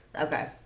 Okay